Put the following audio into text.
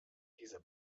dieser